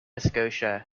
scotia